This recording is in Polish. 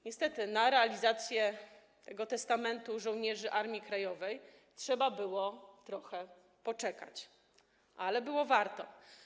Niestety na realizację tego testamentu żołnierzy Armii Krajowej trzeba było trochę poczekać, ale było warto.